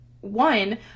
One